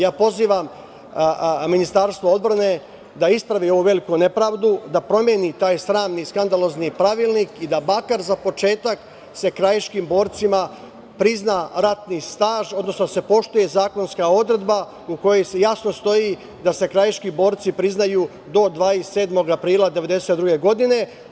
Ja pozivam Ministarstva odbrane da ispravi ovu veliku nepravdu, da promeni taj sramni skandalozni pravilnik i da makar za početak se krajiškim borcima prizna ratni staž, odnosno da se poštuje zakonska odredba u kojoj jasno stoji da se krajiški borci priznaju do 27. aprila 1992. godine.